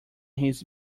his